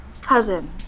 Cousin